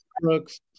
Brooks